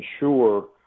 ensure